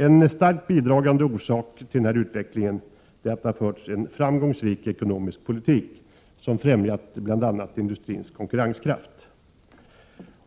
En starkt bidragande orsak till denna utveckling är att det förts en framgångsrik ekonomisk politik, som främjat bl.a. industrins konkurrenskraft.